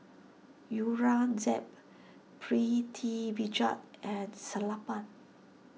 Aurangzeb Pritiviraj at Sellapan